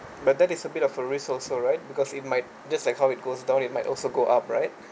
but that is a bit of a risk also right because it might just like how it goes down it might also go up right